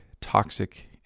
toxic